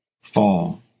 fall